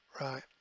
right